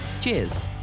Cheers